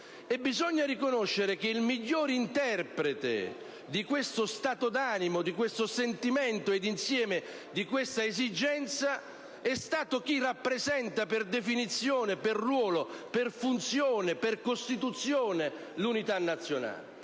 Bisogna riconoscere che il migliore interprete di questo stato d'animo, di questo sentimento e insieme di questa esigenza è stato chi rappresenta per definizione, per ruolo, per funzione e per Costituzione l'unità nazionale.